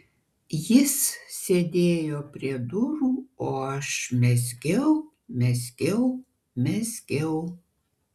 jis sėdėjo prie durų o aš mezgiau mezgiau mezgiau